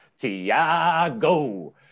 Tiago